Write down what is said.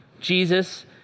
Jesus